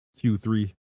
Q3